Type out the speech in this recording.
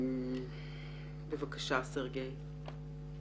בבקשה סרגי.